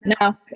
No